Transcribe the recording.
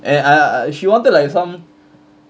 and I I she wanted like some